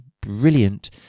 brilliant